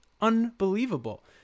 Unbelievable